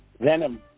venom